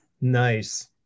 Nice